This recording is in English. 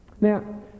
Now